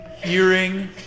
hearing